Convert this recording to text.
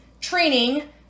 training